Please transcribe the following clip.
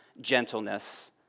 gentleness